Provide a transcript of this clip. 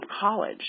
college